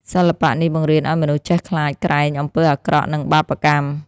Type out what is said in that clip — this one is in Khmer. សិល្បៈនេះបង្រៀនឱ្យមនុស្សចេះខ្លាចក្រែងអំពើអាក្រក់ និងបាបកម្ម។